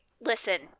Listen